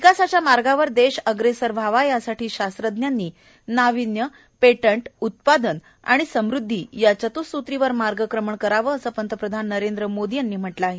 विकासाच्या मार्गावर देश अग्रेसर व्हावा यासाठी शास्त्रज्ञांनी नावीन्य पेटंट उत्पादन आणि समृद्धी या चत्रःसूत्रीवर मार्गक्रमण करावं असं पंतप्रधान नरेंद्र मोदी यांनी म्हटलं आहे